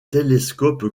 télescope